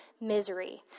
misery